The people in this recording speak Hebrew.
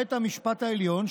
בית המשפט העליון,